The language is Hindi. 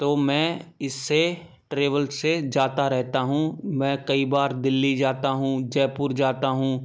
तो मैं इससे ट्रेवल्स से जाता रहता हूँ मैं कई बार दिल्ली जाता हूँ जयपुर जाता हूँ